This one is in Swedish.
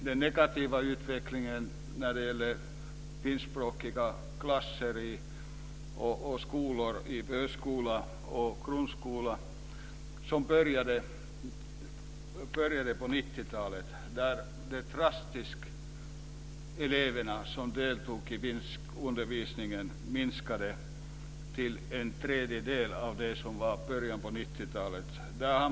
Den negativa utvecklingen när det gäller finskspråkiga klasser i förskola och grundskola började på 1990-talet då antalet elever som deltog i finskundervisningen drastiskt minskade till en tredjedel av det som var i början av 1990-talet.